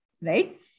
right